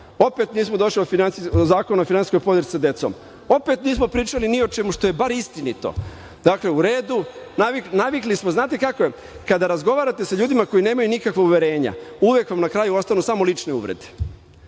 Opet nismo došli do Zakona o finansijskoj podršci porodici sa decom. Opet nismo pričali ni o čemu što je bar istinito. U redu, navikli smo. Znate kako, kada razgovarate sa ljudima koji nemaju nikakva uverenja, uvek vam na kraju ostanu samo lične uvrede,